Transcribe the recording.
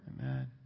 amen